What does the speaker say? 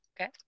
Okay